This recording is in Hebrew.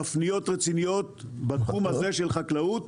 תפניות רציניות בתחום הזה של חקלאות,